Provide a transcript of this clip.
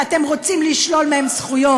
ואתם רוצים לשלול מהם זכויות?